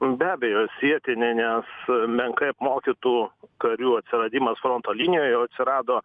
be abejo sietini nes menkai apmokytų karių atsiradimas fronto linijoje jau atsirado